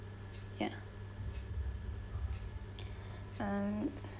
ya um